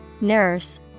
nurse